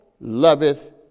loveth